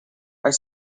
are